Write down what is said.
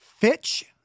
Fitch